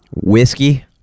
whiskey